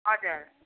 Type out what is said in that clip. हजुर